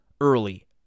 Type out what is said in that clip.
early